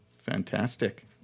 Fantastic